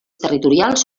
territorials